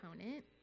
opponent